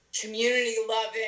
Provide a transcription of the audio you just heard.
community-loving